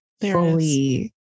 Fully